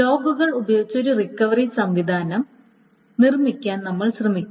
ലോഗുകൾ ഉപയോഗിച്ച് ഒരു റിക്കവറി സംവിധാനം നിർമ്മിക്കാൻ നമ്മൾ ശ്രമിക്കും